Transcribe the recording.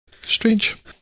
Strange